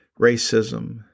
racism